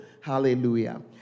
Hallelujah